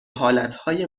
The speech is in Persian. حالتهای